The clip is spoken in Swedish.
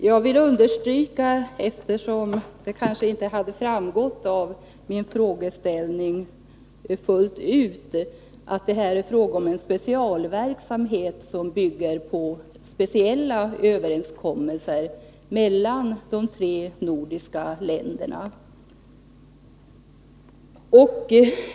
Herr talman! Jag vill, eftersom det kanske inte fullt ut framgick av min frågeställning, understryka att det här är fråga om en specialverksamhet, som bygger på speciella överenskommelser mellan de tre nordiska länderna.